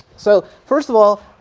so first of all,